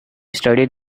studied